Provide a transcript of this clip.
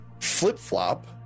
flip-flop